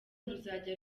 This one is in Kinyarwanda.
ruzajya